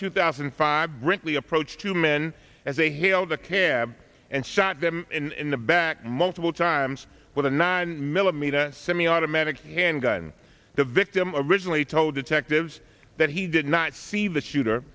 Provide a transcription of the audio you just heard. two thousand and five brinkley approached two men as they hailed a cab and shot them in the back multiple times with a nine millimeter semiautomatic handgun the victim originally told detectives that he did not see the shooter